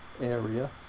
area